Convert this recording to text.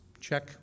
check